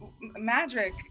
magic